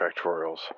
factorials